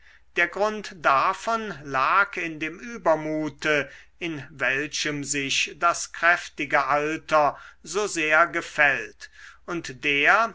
der grund davon lag in dem übermute in welchem sich das kräftige alter so sehr gefällt und der